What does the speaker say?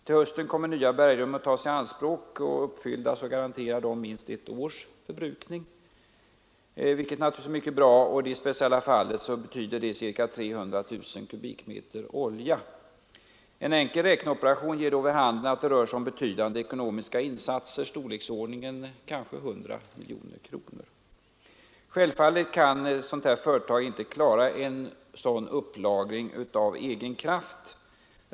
Till hösten kommer nya bergrum att tas i anspråk — uppfyllda garanterar de minst ett års förbrukning, vilket naturligtvis är mycket bra, och i det speciella fallet betyder det ca 300 000 kubikmeter olja. En enkel räkneoperation ger vid handen att det rör sig om betydande ekonomiska insatser, kanske av storleksordningen 100 miljoner kronor. Självfallet kan ett företag av det här slaget inte klara en sådan upplagring av egen kraft.